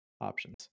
options